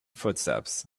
footsteps